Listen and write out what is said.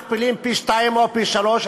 מכפילים פי-שניים או פי-שלושה,